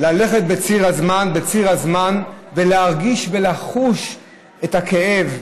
ללכת בציר הזמן ולהרגיש ולחוש את הכאב,